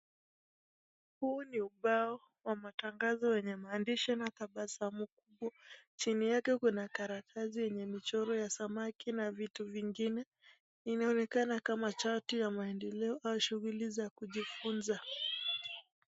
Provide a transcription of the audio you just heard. Huu ni ubao wa matangazo wenye maandishi na tabasamu kubwa. Chini yake Kuna karatasi yenye michoro ya samaki na vitu vingine. Inaonekana kama chati ya maendeleo au shughuli ya kujifunza.